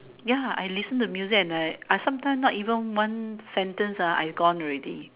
ya I listen to music and I I sometimes not even one sentence ah and I gone already